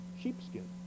sheepskin